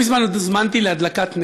לא מזמן הוזמנתי להדלקת נר,